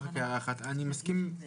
אני מסכים עם